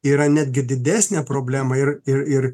yra netgi didesnė problema ir ir ir